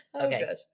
Okay